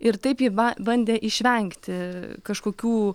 ir taip ji ba bandė išvengti kažkokių